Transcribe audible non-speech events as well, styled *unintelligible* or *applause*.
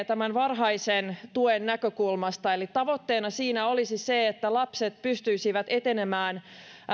*unintelligible* tämän varhaisen tuen näkökulmasta tavoitteena siinä olisi se että lapset pystyisivät etenemään